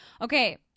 Okay